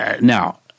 now